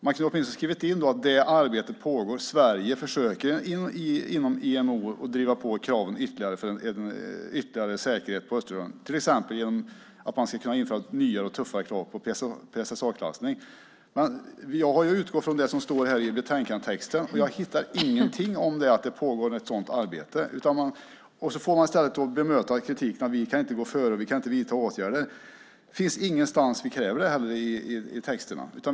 Man kunde åtminstone ha skrivit in att det arbetet pågår och att Sverige försöker inom IMO att driva på kraven ytterligare för en ytterligare säkerhet på Östersjön, till exempel genom att man ska kunna införa nyare och tuffare krav på PSSA-klassning. Jag utgår från det som står i betänkandetexten. Jag hittar ingenting om att det pågår ett sådant arbete. Man får i stället som bemötande av kritiken: Vi kan inte gå före. Vi kan inte vidta åtgärder. Det finns ingenstans där vi kräver det i texterna.